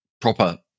proper